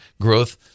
growth